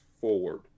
forward